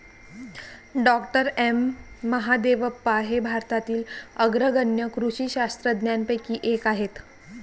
डॉ M Mahadevappa हे भारतातील अग्रगण्य कृषी शास्त्रज्ञांपैकी एक आहेत